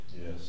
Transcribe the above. Yes